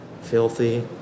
filthy